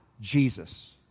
Jesus